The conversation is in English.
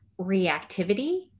reactivity